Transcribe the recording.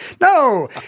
No